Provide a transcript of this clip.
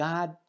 God